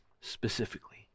specifically